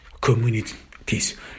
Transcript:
communities